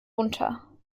unter